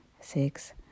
six